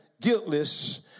guiltless